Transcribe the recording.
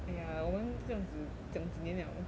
!aiya! 我们这样子讲几年 liao